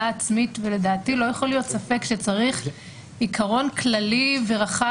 עצמית ולדעתי לא יכול להיות ספק שצריך עיקרון כללי ורחב